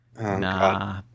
Nah